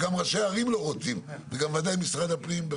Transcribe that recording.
גם ראשי הערים לא רוצים, ובוודאי גם משרד הפנים.